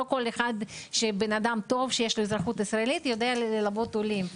לא כל אדם טוב בעל אזרחות ישראלית יודע ללוות עולים.